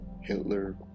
Hitler